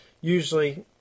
usually